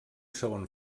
segon